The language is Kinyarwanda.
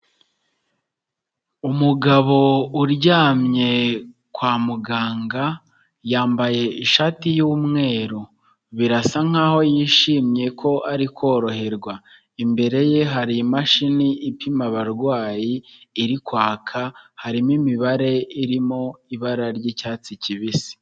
Umugabo uryamye kwa muganga yambaye ishati yumweru birasa nkaho yishimye ko ari koroherwa imbere ye hari imashini ipima abarwayi iri kwaka harimo imibare irimo ibara ryicyatsi kibisi.